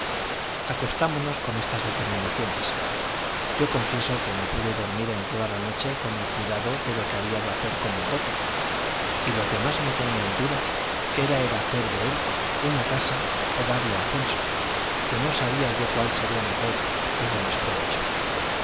acostámonos con estas determinaciones yo confieso que no pude dormir en toda la noche con el cuidado de lo que había de hacer con el dote y lo que más me tenía en duda era el hacer de él una casa o darlo a censo que no sabía yo cuál sería mejor y de más provecho